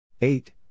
Eight